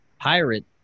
pirate